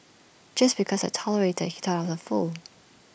just because I tolerated he thought was A fool